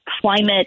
climate